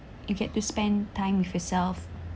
you get to spend time with yourself